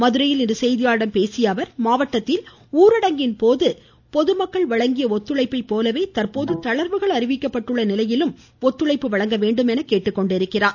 மதுரையில் இன்று செய்தியாளர்களிடம் பேசிய அவர் மாவட்டத்தில் ஊரடங்கின் போது பொதுமக்கள் வழங்கிய ஒத்துழைப்பை போலவே தற்போது தளர்வுகள் அறிவிக்கப்பட்டுள்ள நிலையிலும் ஒத்துழைப்பு வழங்க வேண்டும் என கேட்டுக்கொண்டார்